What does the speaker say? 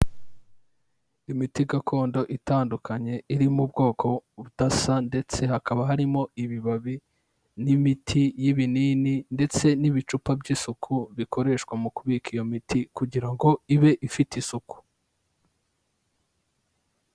Imiti gakondo itandukanye iri mu bwoko budasa ndetse hakaba harimo ibibabi n'imiti y'ibinini ndetse n'ibicupa by'isuku bikoreshwa mu kubika iyo miti kugira ngo ibe ifite isuku.